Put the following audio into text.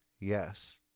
Yes